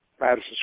madison